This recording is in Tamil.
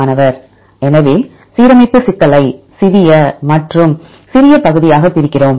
மாணவர் எனவே சீரமைப்பு சிக்கலை சிறிய மற்றும் சிறிய பகுதியாக பிரிக்கிறோம்